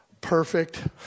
perfect